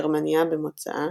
גרמנייה במוצאה,